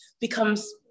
becomes